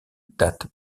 date